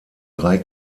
drei